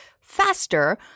faster